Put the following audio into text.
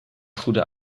goede